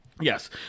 Yes